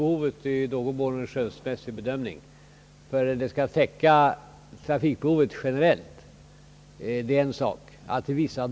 Herr talman!